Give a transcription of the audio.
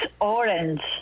orange